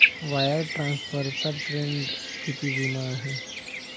Wire ट्रान्सफरचा trend किती जुना आहे?